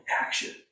action